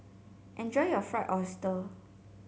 enjoy your Fried Oyster